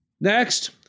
Next